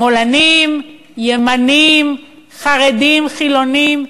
שמאלנים, ימנים, חרדים, חילונים.